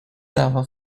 dava